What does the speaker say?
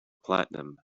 platinum